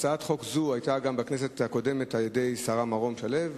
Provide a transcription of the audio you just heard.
הצעת חוק זו הועלתה גם בכנסת הקודמת על-ידי שרה מרום-שלו,